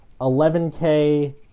11K